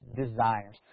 desires